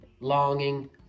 longing